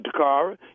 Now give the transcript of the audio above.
Takara